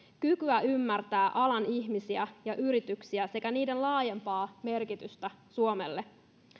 kykyä ymmärtää alan ihmisiä ja yrityksiä sekä niiden laajempaa merkitystä suomelle